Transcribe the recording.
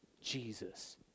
Jesus